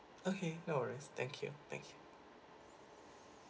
okay no worries thank you thank you